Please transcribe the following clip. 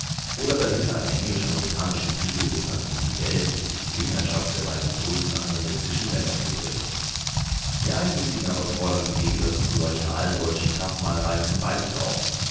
oder dahinter eine englisch-amerikanische intrige wittert um die welt unter die zwingherrschaft der beiden großen angelsächsischen länder zu bringen die einsichtigen aber fordern im gegensatz zu solcher alldeutschen kraftmeierei zum beitritt auf